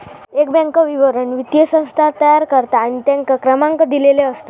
एक बॅन्क विवरण वित्तीय संस्थान तयार करता आणि तेंका क्रमांक दिलेले असतत